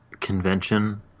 convention